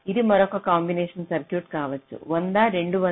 ఇది మరొక combination circuit కావచ్చు 100 200 100